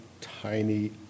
tiny